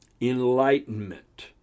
enlightenment